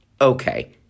Okay